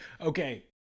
Okay